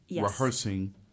rehearsing